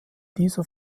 dieser